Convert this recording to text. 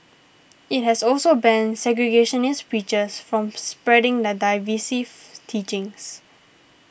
it has also banned segregationist preachers from spreading their divisive teachings